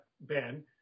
Ben